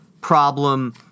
problem